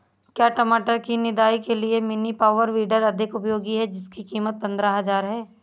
क्या टमाटर की निदाई के लिए मिनी पावर वीडर अधिक उपयोगी है जिसकी कीमत पंद्रह हजार है?